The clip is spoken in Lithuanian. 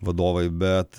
vadovai bet